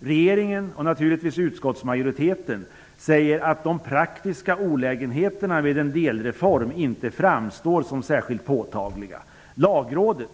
Regeringen, och givetvis utskottsmajoriteten, anser att de praktiska olägenheterna med en delreform inte framstår som särskilt påtagliga. Lagrådet